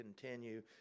continue